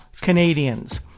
Canadians